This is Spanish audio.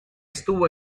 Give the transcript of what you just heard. estuvo